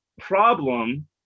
Problem